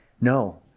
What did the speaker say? No